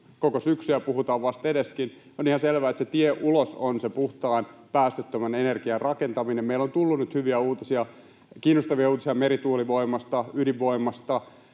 koko syksyn ja puhutaan vastedeskin. On ihan selvää, että se tie ulos on sen puhtaan, päästöttömän energian rakentaminen. Meillä on tullut nyt hyviä uutisia, kiinnostavia uutisia merituulivoimasta, ydinvoimasta,